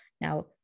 Now